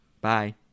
Bye